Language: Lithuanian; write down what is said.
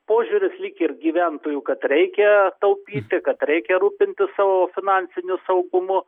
požiūris lyg ir gyventojų kad reikia taupyti kad reikia rūpintis savo finansiniu saugumu